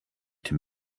den